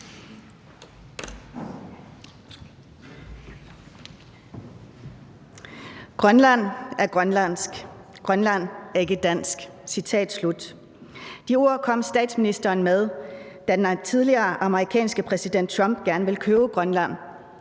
Grønland er grønlandsk, Grønland er ikke dansk. Citat slut. De ord kom statsministeren med, da den tidligere amerikanske præsident Trump gerne ville købe Grønland.